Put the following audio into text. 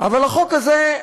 אבל החוק הזה,